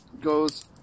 goes